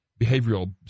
behavioral